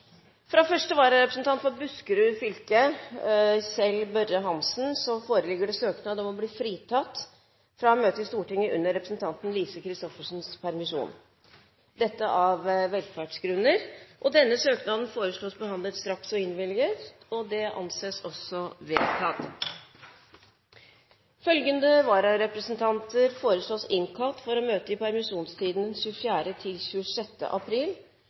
Fra første vararepresentant for Buskerud fylke, Kjell Børre Hansen, foreligger søknad om å bli fritatt fra å møte i Stortinget under representanten Lise Christoffersens permisjon, av velferdsgrunner. Etter forslag fra presidenten ble enstemmig besluttet: Søknaden behandles straks og innvilges. Følgende vararepresentanter innkalles for å møte i permisjonstiden